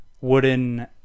wooden